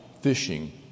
fishing